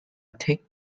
thick